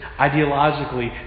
ideologically